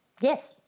Yes